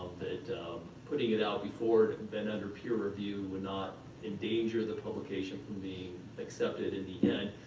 that putting it out before it and been under peer review would not endanger the publication from being accepted in the end,